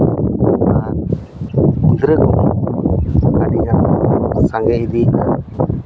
ᱟᱨ ᱜᱤᱫᱽᱨᱟᱹ ᱠᱚᱦᱚᱸ ᱟᱹᱰᱤ ᱟᱢᱫᱟ ᱠᱚ ᱥᱟᱸᱜᱮ ᱤᱫᱤᱭᱮᱱᱟ